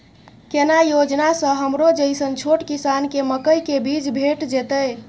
केना योजना स हमरो जैसन छोट किसान के मकई के बीज भेट जेतै?